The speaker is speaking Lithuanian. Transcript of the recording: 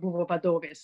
buvo vadovės